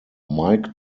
mike